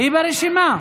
היא ברשימה.